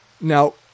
Now